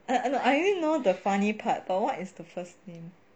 I know I only know the funny part but what is the first name